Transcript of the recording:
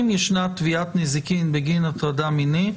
אם יש תביעת נזיקין בגין הטרדה מינית,